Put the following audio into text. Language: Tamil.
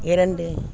இரண்டு